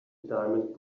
diamond